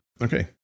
Okay